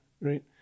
right